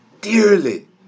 dearly